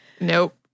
Nope